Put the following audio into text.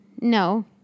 No